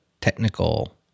technical